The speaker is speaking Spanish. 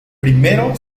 primero